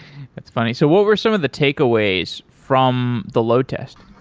that's funny. so what were some of the takeaways from the load test?